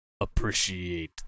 appreciate